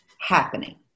happening